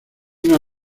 una